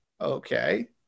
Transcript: okay